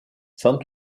sans